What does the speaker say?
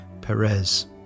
Perez